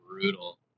brutal